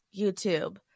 youtube